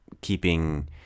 Keeping